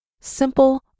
Simple